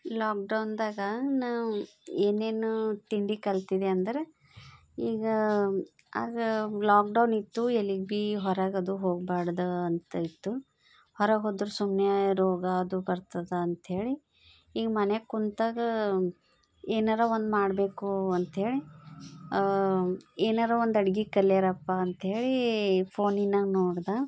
ಲಾಕ್ಡೌನ್ದಾಗ ನಾ ಏನೇನೋ ತಿಂಡಿ ಕಲ್ತಿದ್ದೆ ಅಂದರೆ ಈಗ ಆಗ ಲಾಕ್ಡೌನಿತ್ತು ಎಲ್ಲಿಗೆ ಭೀ ಹೊರಗದು ಹೋಗ್ಬಾರ್ದು ಅಂತ ಇತ್ತು ಹೊರಗೆ ಹೋದ್ರೆ ಸುಮ್ಮನೆ ರೋಗ ಅದು ಬರ್ತದ ಅಂಥೇಳಿ ಈಗ ಮನ್ಯಾಗ ಕೂತಾಗ ಏನಾರ ಒಂದು ಮಾಡಬೇಕು ಅಂಥೇಳಿ ಏನರ ಒಂದಡ್ಗೆ ಕಲ್ಯರಪ್ಪಾ ಅಂಥೇಳಿ ಈ ಫೋನಿನಾಗ ನೋಡ್ದೆ